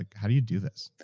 ah how do you do this?